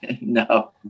No